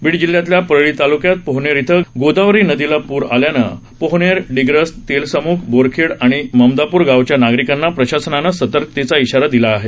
बीड जिल्ह्यातल्या परळी तालुक्यातल्या पोहनेर इथं गोदावरी नदीला प्र आल्यानं पोहनेर डिग्रस तेलसम्ख बोरखेड आणि ममदाप्र गावच्या नागरिकांना प्रशासनानं सतर्कतेचा इशारा दिला आहे